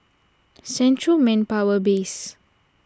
Central Manpower Base